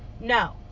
no